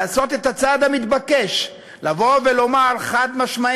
לעשות את הצעד המתבקש: לבוא ולומר חד-משמעית: